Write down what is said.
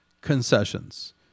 concessions